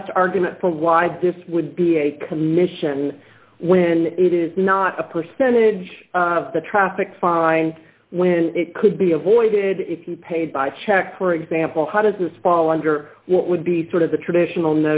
best argument for why does would be a commission when it is not a percentage of the traffic fine when it could be avoided if you paid by check for example how does this fall under what would be sort of the traditional